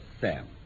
Sam